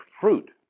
fruit